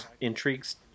intrigues